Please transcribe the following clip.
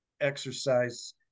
exercise